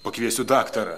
pakviesiu daktarą